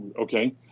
Okay